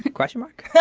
question mark. yeah